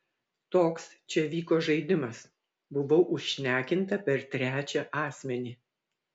toks čia vyko žaidimas buvau užšnekinta per trečią asmenį